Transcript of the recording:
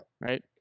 Right